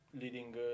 leading